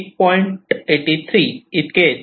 83 इतके येतात